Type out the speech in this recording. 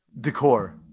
decor